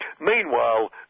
Meanwhile